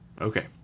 Okay